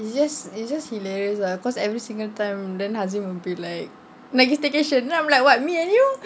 it's just it's just hilarious lah cause every single time then hazim will be like nak pergi staycation then I'm like what me and you